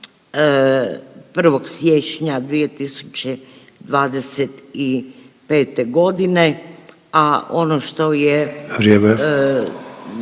1. siječnja 2025. godine, a ono što je